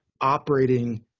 operating